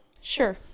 Sure